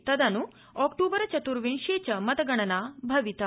तदन् अक्तूबर चत्र्विंशे च मतगणना भविता